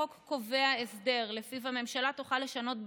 החוק קובע הסדר שלפיו הממשלה תוכל לשנות,